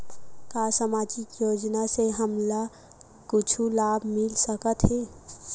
का सामाजिक योजना से हमन ला कुछु लाभ मिल सकत हे?